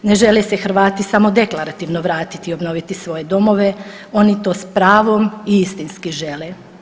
Ne žele se Hrvati samo deklarativno vratiti i obnoviti svoje domove, oni to s pravom i istinski žele.